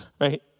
right